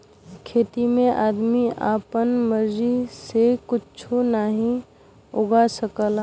खेती में आदमी आपन मर्जी से कुच्छो नाहीं उगा सकला